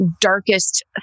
darkest